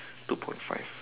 two point five